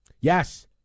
Yes